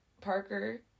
parker